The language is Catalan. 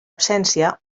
absència